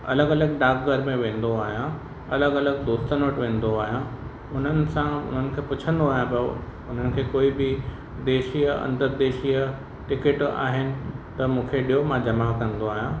अलॻि अलॻि डाक घर में वेंदो आहियां अलॻि अलॻि दोस्तनि वटि वेंदो आहियां उननि सां उननि खे पुछिंदो आहिंयां भई उहो उननि खे कोई बि देशी या अंतरदेशीअ टिकट आहिनि त मूंखे ॾियो मां जमा कंदो आहियां